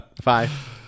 five